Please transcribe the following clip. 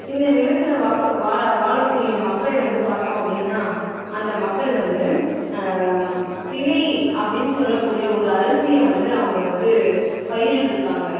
இந்த நிலத்தில் வாக்கு வாழ வாழக்கூடிய மக்கள் வந்து பார்த்தோம் அப்படின்னா அந்த மக்கள் வந்து தினை அப்படின்னு சொல்லக்கூடிய ஒரு அரிசியை வந்து அவங்க வந்து பயிரிட்டுருக்காங்க